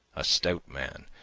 a stout man,